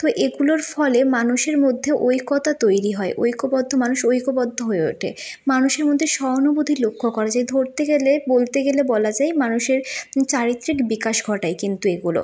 তো এগুলোর ফলে মানুষের মধ্যে ঐক্যতা তৈরি হয় ঐক্যবদ্ধ মানুষ ঐক্যবদ্ধ হয়ে ওঠে মানুষের মধ্যে সহানুভূতি লক্ষ্য করা যায় ধরতে গেলে বলতে গেলে বলা যায় মানুষের চারিত্রিক বিকাশ ঘটায় কিন্তু এগুলো